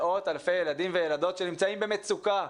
מאות אלפי ילדים וילדות נמצאים במצוקה,